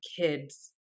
kids